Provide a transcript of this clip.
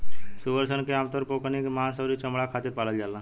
सूअर सन के आमतौर पर ओकनी के मांस अउरी चमणा खातिर पालल जाला